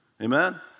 Amen